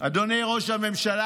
אדוני ראש הממשלה,